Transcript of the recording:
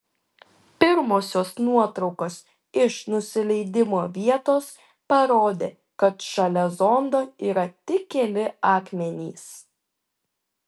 pirmosios nuotraukos iš nusileidimo vietos parodė kad šalia zondo yra tik keli akmenys